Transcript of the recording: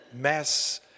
mass